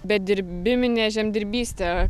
bedirbiminė žemdirbystė